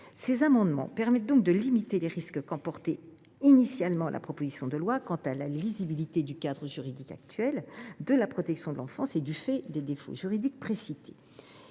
ces amendements permettrait donc de limiter les risques que posait initialement la proposition de loi quant à la lisibilité du cadre juridique actuel de la protection de l’enfance et du fait des défauts juridiques précités.